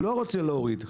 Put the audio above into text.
לא,